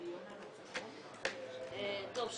טוב,